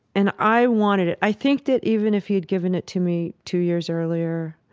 and i wanted it. i think that even if he'd given it to me two years earlier,